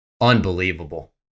unbelievable